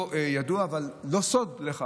ידוע, אבל לא סוד לך